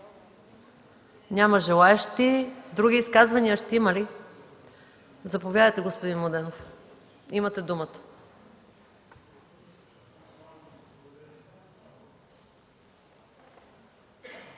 Няма желаещи. Други изказвания ще има ли? Заповядайте, господин Младенов, имате думата.